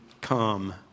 come